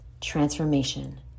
Transformation